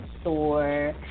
store